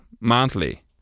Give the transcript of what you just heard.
monthly